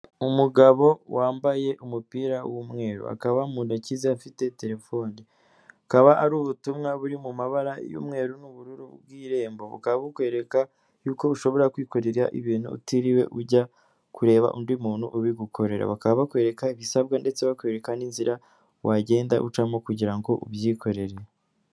Umugabo wambaye umupira w'umweru. Akaba mu ntoki ze afite telefone. Akaba ari ubutumwa buri mu mabara y'umweru n'ubururu bw'Irembo. Bukaba bukwereka y'uko bu ushobora kwikorera ibintu utiriwe ujya kureba undi muntu ubigukorera. Bakaba bakwereka ibisabwa ndetse bakwereka n'inzira wagenda ucamo kugira ngo ubyikorere.